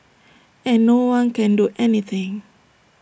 and no one can do anything